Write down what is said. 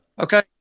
Okay